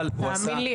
תאמין לי.